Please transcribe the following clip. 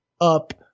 Up